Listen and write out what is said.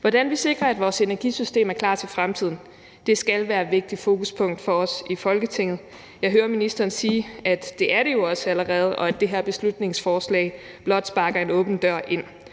Hvordan vi sikrer, at vores energisystem er klar til fremtiden, skal være et vigtigt fokuspunkt for os i Folketinget. Jeg hører ministeren sige, at det jo også allerede er det, og at det her beslutningsforslag blot sparker en åben dør ind.